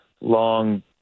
long